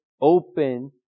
open